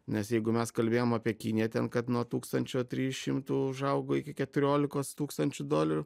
nes jeigu mes kalbėjom apie kiniją ten kad nuo tūkstančio trijų šimtų užaugo iki keturiolikos tūkstančių dolerių